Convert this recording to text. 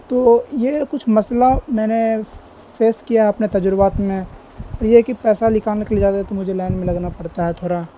تو یہ کچھ مسئلہ میں نے فیس کیا ہے اپنے تجربات میں اور یہ کہ پیسہ لکالنے کے لیے جاتے ہیں تو مجھے لائن میں لگنا پڑتا ہے تھوڑا